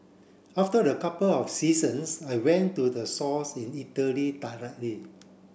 after a couple of seasons I went to the source in Italy directly